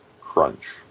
crunch